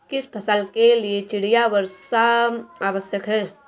किस फसल के लिए चिड़िया वर्षा आवश्यक है?